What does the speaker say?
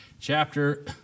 chapter